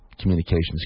communications